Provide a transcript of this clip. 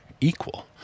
equal